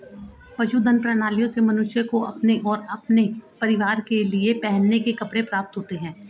पशुधन प्रणालियों से मनुष्य को अपने और अपने परिवार के लिए पहनने के कपड़े प्राप्त होते हैं